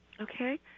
Okay